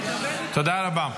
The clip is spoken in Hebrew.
תודה רבה.